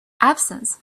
absence